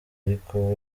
ariko